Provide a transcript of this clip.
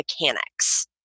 mechanics